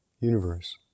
universe